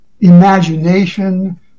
imagination